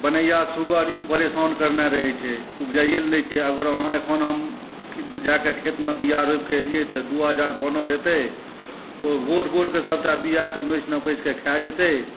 बनैया सुग्गर ई परेशान करने रहै छै उपजाबैये लए नहि दै छै एखन हम खेतमे बीया रोपिकए अयलियै तऽ दू हजार बानर एतय ओ गोट गोटकए सबटा बीयाकए नोचि नकोचि कए खा जेतै